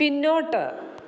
പിന്നോട്ട്